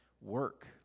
work